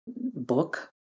book